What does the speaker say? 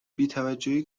بیتوجهی